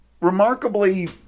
remarkably